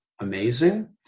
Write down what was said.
amazing